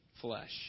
flesh